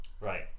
right